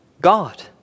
God